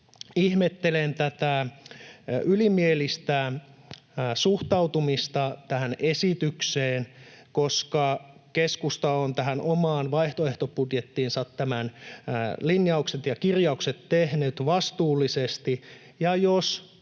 Ihmettelen tätä ylimielistä suhtautumista tähän esitykseen, koska keskusta on tähän omaan vaihtoehtobudjettiinsa tämän linjauksen ja kirjaukset tehnyt vastuullisesti.